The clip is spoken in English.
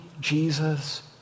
Jesus